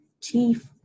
chief